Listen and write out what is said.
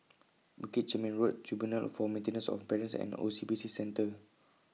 Bukit Chermin Road Tribunal For Maintenance of Parents and O C B C Centre